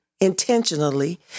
intentionally